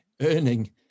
earning